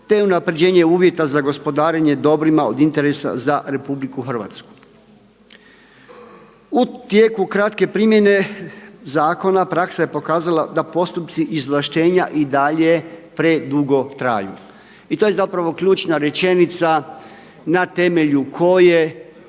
te unapređenje uvjeta za gospodarenje dobrima od interesa za RH. U tijeku kratke primjene zakona praksa je pokazala da postupci izvlaštenja i dalje predugo traju. I ta je zapravo ključna rečenica na temelju koje